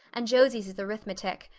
and josie's is arithmetic.